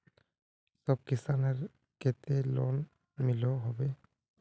सब किसानेर केते लोन मिलोहो होबे?